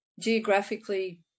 geographically